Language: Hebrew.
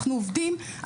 אנחנו עובדים,